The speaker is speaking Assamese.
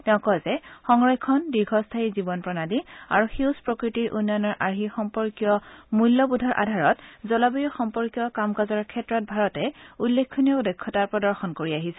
তেওঁ কয় যে সংৰক্ষণ দীৰ্ঘস্থায়ী জীৱন প্ৰণালী আৰু সেউজ প্ৰকৃতিৰ উন্নয়নৰ আৰ্হি সম্পৰ্কীয় মূল্যবোধৰ আধাৰত জলবায়ু সম্পৰ্কীয় কাম কাজৰ ক্ষেত্ৰত ভাৰতে উল্লেখনীয় দক্ষতা প্ৰদৰ্শন কৰি আহিছে